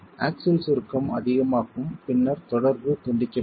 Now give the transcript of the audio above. axial சுருக்கம் அதிகமாகும் பின்னர் தொடர்பு துண்டிக்கப்படும்